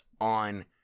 on